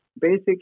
basic